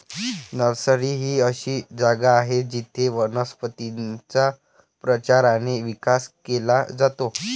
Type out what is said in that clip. nursery ही अशी जागा आहे जिथे वनस्पतींचा प्रचार आणि विकास केला जातो